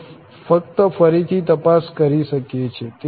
અમે ફક્ત ફરીથી તપાસ કરી શકીએ છીએ